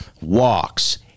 walks